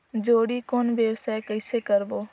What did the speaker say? जोणी कौन व्यवसाय कइसे करबो?